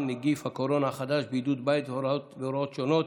(נגיף הקורונה החדש) (בידוד בית והוראות שונות)